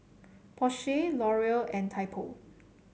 Porsche Laurier and Typo